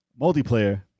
multiplayer